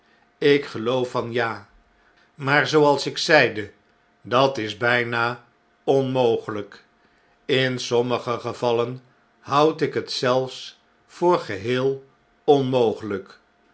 ik geloof van ja maar zooals ik zeide dat is bijna onmogelyk in sommige gevallen houd ik het zelfs voor geheel onmogelijk